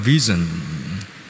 vision